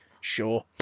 sure